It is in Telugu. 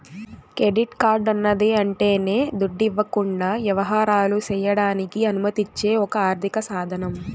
కెడిట్ కార్డన్నది యంటనే దుడ్డివ్వకుండా యవహారాలు సెయ్యడానికి అనుమతిచ్చే ఒక ఆర్థిక సాదనం